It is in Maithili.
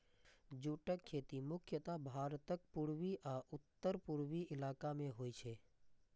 जूटक खेती मुख्यतः भारतक पूर्वी आ उत्तर पूर्वी इलाका मे होइ छै